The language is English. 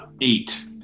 eight